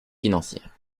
financières